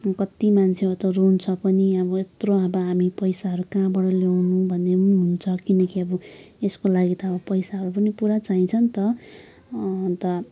कति मान्छेहरू त रुन्छ पनि अब यत्रो अब हामी पैसाहरू कहाँबाट ल्याउनु भन्ने पनि हुन्छ किनकि अब यसको लागि त पैसाहरू पनि पुरा चाहिन्छ नि त अन्त